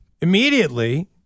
immediately